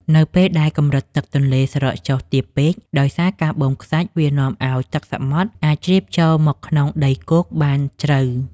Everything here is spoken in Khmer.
នៅពេលដែលកម្រិតទឹកទន្លេស្រកចុះទាបពេកដោយសារការបូមខ្សាច់វានាំឱ្យទឹកសមុទ្រអាចជ្រាបចូលមកក្នុងដីគោកបានជ្រៅ។